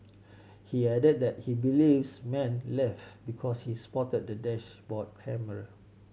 he added that he believes man left because he spotted the dashboard camera